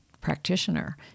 practitioner